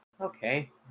Okay